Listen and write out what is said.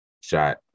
shot